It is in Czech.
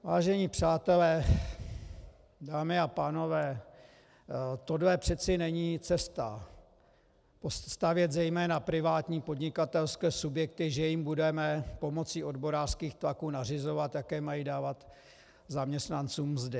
Vážení přátelé, dámy a pánové, tohle přece není cesta, stavět zejména privátní podnikatelské subjekty, že jim budeme pomocí odborářských tlaků nařizovat, jaké mají dávat zaměstnancům mzdy.